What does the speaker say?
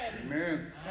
Amen